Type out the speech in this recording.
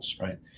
right